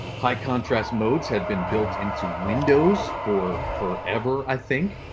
high contrast modes had been built into windows for forever, i think.